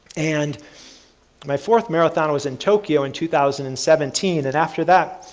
and my fourth marathon was in tokyo in two thousand and seventeen, and after that,